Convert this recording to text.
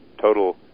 total